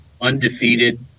undefeated